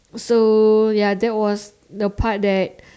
so ya that was the part that